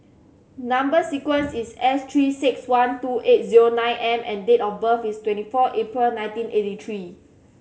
number sequence is S Three Six One two eight zero nine M and date of birth is twenty four April nineteen eighty three